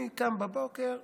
אני קם בבוקר,